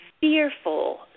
fearful